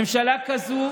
ממשלה כזאת